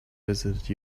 visited